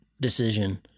decision